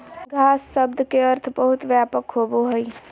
घास शब्द के अर्थ बहुत व्यापक होबो हइ